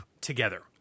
together